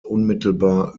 unmittelbar